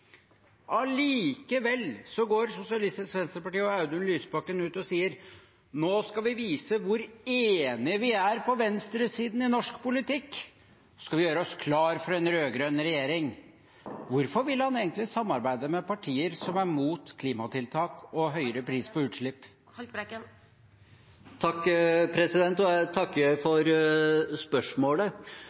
Allikevel går Sosialistisk Venstreparti og Audun Lysbakken ut og sier at de nå skal vise hvor enige de er på venstresiden i norsk politikk, de skal gjøre seg klar for en rød-grønn regjering. Hvorfor vil han egentlig samarbeide med partier som er imot klimatiltak og høyere pris på utslipp? Jeg takker for spørsmålet.